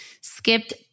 skipped